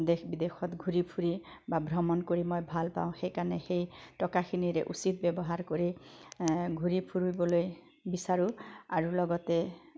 দেশ বিদেশত ঘূৰি ফূৰি বা ভ্ৰমণ কৰি মই ভাল পাওঁ সেইকাৰণে সেই টকাখিনিৰে উচিত ব্যৱহাৰ কৰি ঘূৰি ফূৰিবলৈ বিচাৰোঁ আৰু লগতে